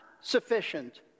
sufficient